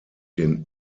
den